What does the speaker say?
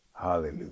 Hallelujah